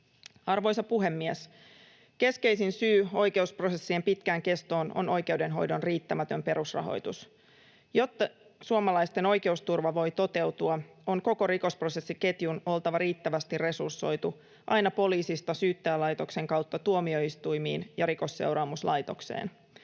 Arvoisa puhemies! Keskeisin syy oikeusprosessien pitkään kestoon on oikeudenhoidon riittämätön perusrahoitus. Jotta suomalaisten oikeusturva voi toteutua, on koko rikosprosessiketjun oltava riittävästi resursoitu aina poliisista Syyttäjälaitoksen kautta tuomioistuimiin ja Rikosseuraamuslaitokseen.